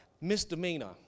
misdemeanor